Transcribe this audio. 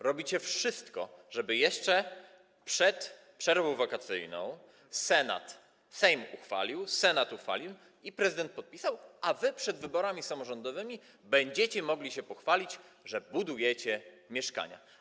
Robicie wszystko, żeby jeszcze przed przerwą wakacyjną Sejm to uchwalił, Senat uchwalił i prezydent podpisał, a wy przed wyborami samorządowymi będziecie mogli się pochwalić tym, że budujecie mieszkania.